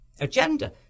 agenda